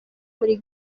muri